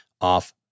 off